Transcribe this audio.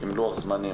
שיהיה עם לוח זמנים,